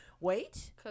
Wait